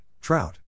Trout